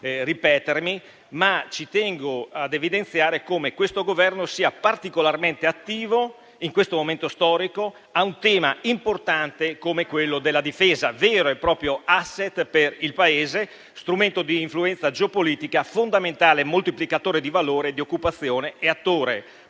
Ma ci tengo ad evidenziare come questo Governo sia particolarmente attivo in questo momento storico su di un tema importante come quello della difesa, vero e proprio *asset* per il Paese, strumento di influenza geopolitica, fondamentale moltiplicatore di valore, di occupazione e attore